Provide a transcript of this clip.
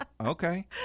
Okay